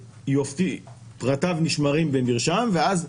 פרטיו נשמרים במרשם ואז,